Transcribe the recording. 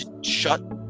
Shut